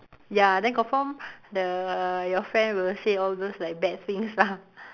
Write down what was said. ya then confirm the your friend will say all those like bad things lah